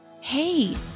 Hey